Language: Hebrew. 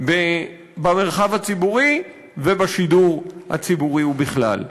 במרחב הציבורי ובשידור הציבורי ובכלל.